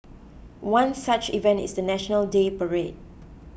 one such event is the National Day parade